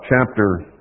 chapter